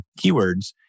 keywords